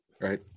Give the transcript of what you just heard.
Right